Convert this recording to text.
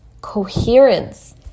coherence